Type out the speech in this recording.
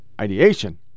ideation